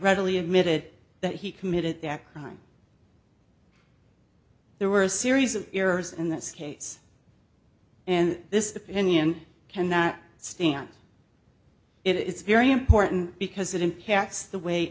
readily admitted that he committed the act on there were a series of errors in this case and this opinion cannot stand it's very important because it impacts the w